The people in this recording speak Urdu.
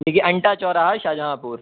لکھیے انٹا چوراہا شاہجہاں پور